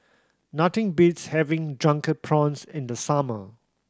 nothing beats having Drunken Prawns in the summer